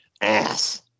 ass